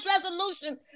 resolution